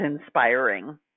inspiring